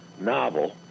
novel